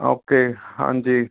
okay ਹਾਂਜੀ